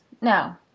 no